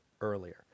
earlier